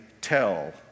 tell